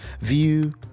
view